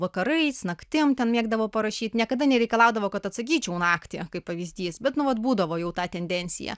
vakarais naktim ten mėgdavo parašyt niekada nereikalaudavo kad atsakyčiau naktį kaip pavyzdys bet nu vat būdavo jau ta tendencija